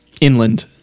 inland